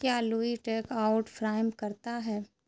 کیا لوئی take out فراہم کرتا ہے